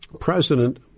president